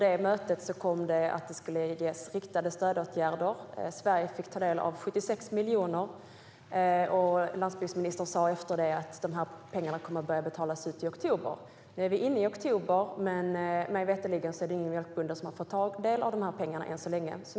Resultatet av mötet blev att det skulle vidtas riktade stödåtgärder, och Sverige fick 76 miljoner. Landsbygdsministern sa att dessa pengar skulle börja betalas ut i oktober. Vi är nu inne i oktober, men mig veterligen är det inga mjölkbönder som har fått ta del av dessa pengar ännu.